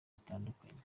zitandukanye